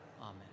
Amen